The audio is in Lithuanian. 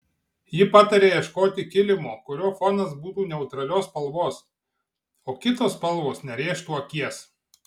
ji pataria ieškoti kilimo kurio fonas būtų neutralios spalvos o kitos spalvos nerėžtų akies